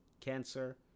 cancer